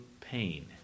pain